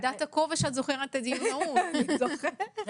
זו